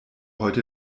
heute